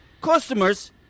Customers